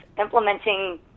implementing